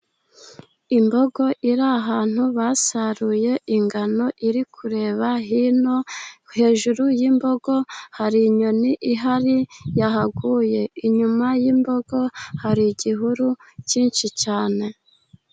Imbogo iri ahantu basaruye ingano iri kureba hino, hejuru y'imbogo hari inyoni ihari yahaguye, inyuma y'imbogo hari igihuru cyinshi cyane.